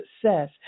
success